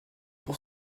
pour